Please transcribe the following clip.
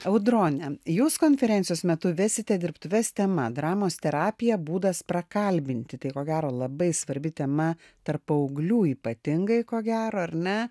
audrone jūs konferencijos metu vesite dirbtuves tema dramos terapija būdas prakalbinti tai ko gero labai svarbi tema tarp paauglių ypatingai ko gero ar ne